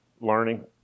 learning